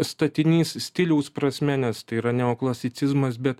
statinys stiliaus prasme nes tai yra neoklasicizmas bet